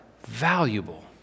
valuable